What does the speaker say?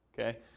Okay